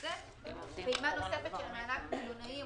דוגמה נוספת של מענק למלונאים,